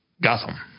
Gotham